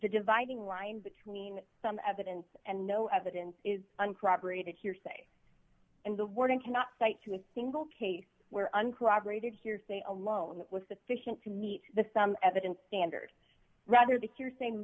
the dividing line between some evidence and no evidence is uncorroborated hearsay and the wording cannot cite to a single case where uncorroborated hearsay alone with the fission to meet the some evidence standard rather that you're saying